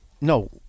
no